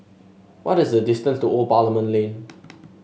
what is the distance to Old Parliament Lane